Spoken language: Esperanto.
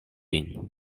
vin